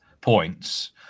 points